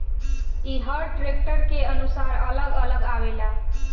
ई हर ट्रैक्टर के अनुसार अलग अलग आवेला